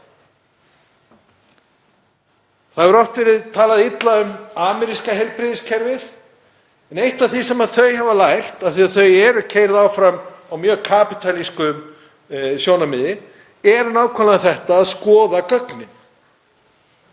Það hefur oft verið talað illa um ameríska heilbrigðiskerfið en eitt af því sem þau hafa lært, af því að þau eru keyrð áfram af mjög kapítalísku sjónarmiði, er nákvæmlega að skoða gögnin